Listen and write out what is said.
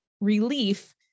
relief